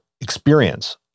experience